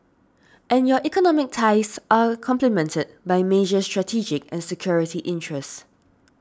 and your economic ties are complemented by major strategic and security interests